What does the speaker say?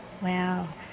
Wow